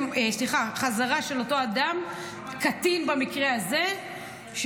קטין במקרה הזה,